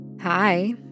Hi